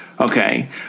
Okay